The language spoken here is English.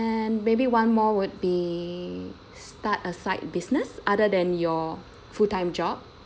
and maybe one more would be start a side business other than your full time job